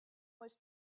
was